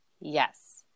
Yes